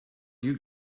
you